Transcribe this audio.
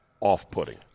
off-putting